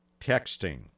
texting